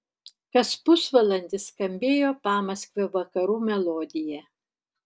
kas pusvalandis skambėjo pamaskvio vakarų melodija